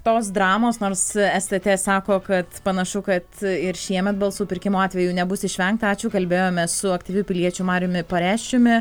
tos dramos nors s t t sako kad panašu kad ir šiemet balsų pirkimo atveju nebus išvengta ačiū kalbėjomės su aktyviu piliečiu mariumi pareščiumi